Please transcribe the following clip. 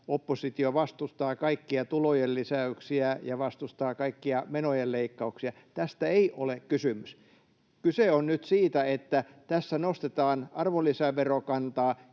oppositio vastustaa kaikkia tulojen lisäyksiä ja vastustaa kaikkia menojen leikkauksia, niin tästä ei ole kysymys. Kyse on nyt siitä, että tässä nostetaan arvonlisäverokantaa